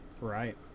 Right